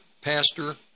pastor